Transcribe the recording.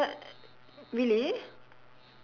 what really